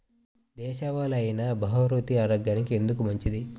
దేశవాలి అయినా బహ్రూతి ఆరోగ్యానికి ఎందుకు మంచిది?